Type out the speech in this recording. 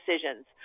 decisions